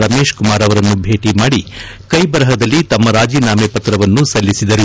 ರಮೇಶ್ ಕುಮಾರ್ ಅವರನ್ನು ಭೇಟ ಮಾಡಿ ಕೈ ಬರಹದಲ್ಲಿ ತಮ್ಮ ರಾಜೀನಾಮೆ ಪತ್ರವನ್ನು ಸಲ್ಲಿಸಿದರು